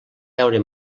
veure